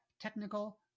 Technical